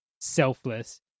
selfless